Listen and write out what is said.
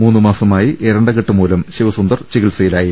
മൂന്നുമാസമായി എരണ്ടകെട്ട് മൂലം ശിവ സുന്ദർ ചികിത്സയിലായിരുന്നു